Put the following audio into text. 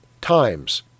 Times